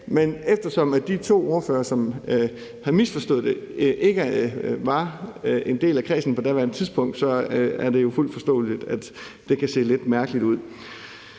men eftersom de to ordførere, som havde misforstået det, ikke var en del af kredsen på daværende tidspunkt, så er det jo fuldt forståeligt, at man kan synes, at det kan se lidt mærkeligt ud.